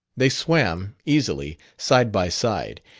they swam, easily, side by side,